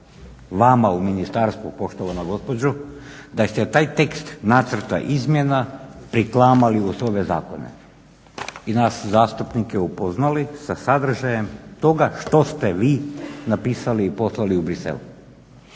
vama u ministarstvu poštovana gospođo, da ste taj tekst nacrta izmjena priklamali uz ove zakone i nas zastupnike upoznali sa sadržajem toga što ste vi napisali i poslali u Bruxelles.